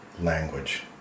language